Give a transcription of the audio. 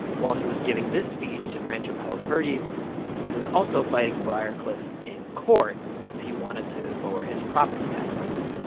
while he was giving this speech in rancho palos verdes, he was also fighting briarcliff in court because he wanted to lower his property taxes.